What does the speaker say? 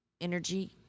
energy